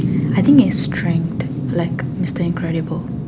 I think is strength like Mister-Incredible